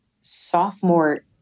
sophomore